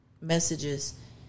messages